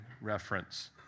reference